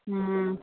હમ્મ